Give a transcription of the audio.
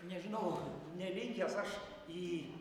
nežinau nelinkęs aš į